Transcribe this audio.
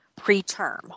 preterm